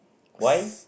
why